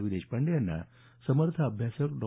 वि देशपांडे यांना समर्थ अभ्यासक डॉ